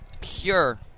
pure